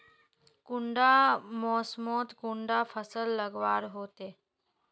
कुंडा मोसमोत कुंडा फसल लगवार होते?